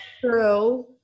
True